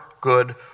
good